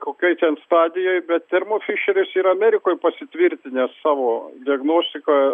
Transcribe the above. kokioj ten stadijoj bet thermo fišeris ir amerikoj pasitvirtinęs savo diagnostikoje